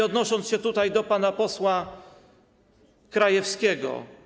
Odnoszę się tutaj do pana posła Krajewskiego.